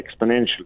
exponentially